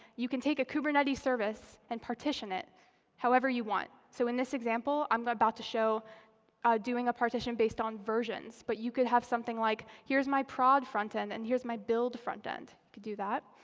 you can take a kubernetes service and partition it however you want. so in this example, i'm about to show doing a partition based on versions. but you could have something like here's my prod front end, and here's my build front end. you could do that.